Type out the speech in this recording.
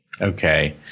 Okay